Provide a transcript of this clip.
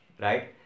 right